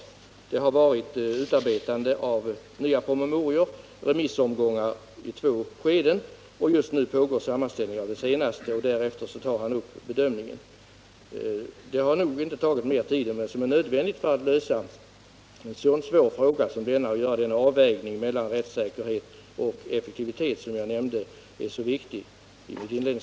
Insatserna har tagit sig uttryck i utarbetande av nya promemorior och i remissomgångar i två etapper. Just nu pågår sammanställningen av vad som framkommit vid den senaste remissomgången, och därefter kommer Ingemar Mundebo att redovisa sin bedömning. Det har knappast tagit mera tid än vad som är nödvändigt för att utreda en så svår fråga som denna och för att göra den avvägning mellan rättssäkerhet och effektivitet som jag inledningsvis framhöll som så viktig.